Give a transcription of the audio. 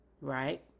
right